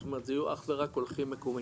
זאת אומרת זה יהיו אך ורק קולחין מקומיים.